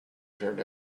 turned